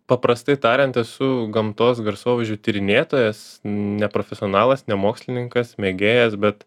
paprastai tariant esu gamtos garsovaizdžių tyrinėtojas neprofesionalas ne mokslininkas mėgėjas bet